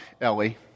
Ellie